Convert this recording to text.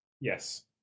Yes